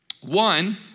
One